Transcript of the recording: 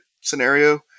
scenario